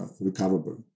recoverable